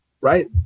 right